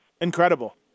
Incredible